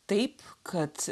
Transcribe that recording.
taip kad